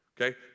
okay